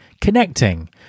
connecting